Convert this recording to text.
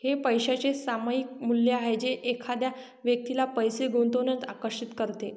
हे पैशाचे सामायिक मूल्य आहे जे एखाद्या व्यक्तीला पैसे गुंतवण्यास आकर्षित करते